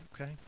okay